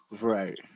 Right